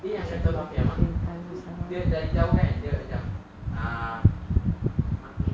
dia dari jauh kan dia macam uh